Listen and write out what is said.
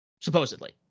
Supposedly